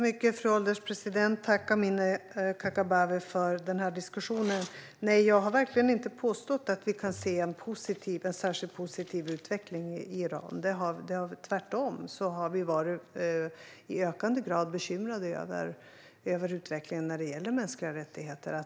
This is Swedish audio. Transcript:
Fru ålderspresident! Tack, Amineh Kakabaveh, för den här diskussionen! Jag har verkligen inte påstått att vi kan se en särskilt positiv utveckling i Iran. Tvärtom har vi i ökande grad varit bekymrade över utvecklingen när det gäller mänskliga rättigheter.